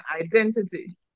identity